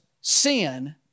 sin